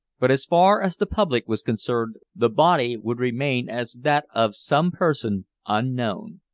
but as far as the public was concerned the body would remain as that of some person unknown.